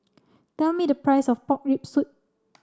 tell me the price of pork rib soup